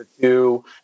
two